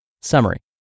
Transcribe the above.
Summary